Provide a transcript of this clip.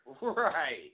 Right